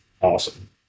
Awesome